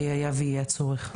היה ויהיה הצורך.